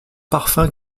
parfum